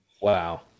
Wow